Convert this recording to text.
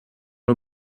nur